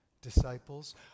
disciples